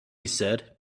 said